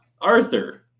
Arthur